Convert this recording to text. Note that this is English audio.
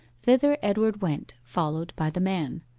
thither edward went, followed by the man.